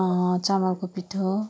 चामलको पिठो